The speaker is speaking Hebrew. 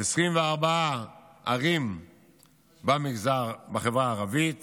24 ערים בחברה הערבית